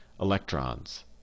electrons